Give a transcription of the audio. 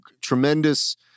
tremendous